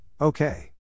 Okay